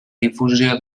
difusió